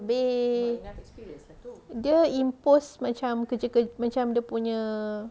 abeh dia imposed macam kerja-kerja macam dia punya